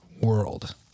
world